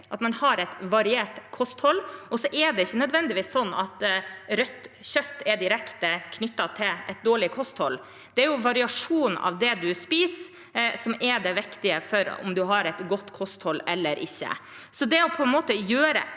at man har et variert kosthold. Det er ikke nødvendigvis slik at rødt kjøtt er direkte knyttet til et dårlig kosthold; det er variasjonen av det man spiser, som er det viktige for om man har et godt kosthold eller ikke. Det å gjøre